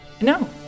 No